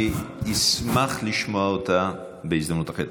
אני אשמח לשמוע אותה בהזדמנות אחרת.